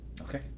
Okay